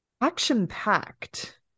action-packed